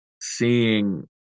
seeing